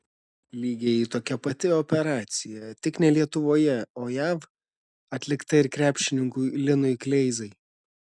lygiai tokia pati operacija tik ne lietuvoje o jav atlikta ir krepšininkui linui kleizai